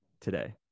today